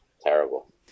Terrible